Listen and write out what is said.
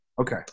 Okay